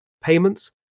payments